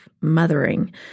mothering